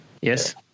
Yes